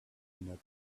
peanut